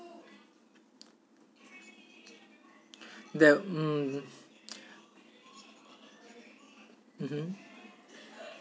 that mm mmhmm